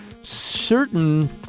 Certain